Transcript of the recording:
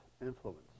influence